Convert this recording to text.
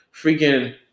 freaking